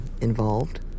involved